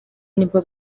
nibwo